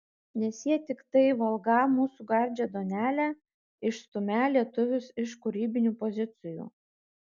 nes jie tiktai valgą mūsų gardžią duonelę išstumią lietuvius iš kūrybinių pozicijų